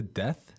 death